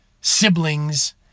siblings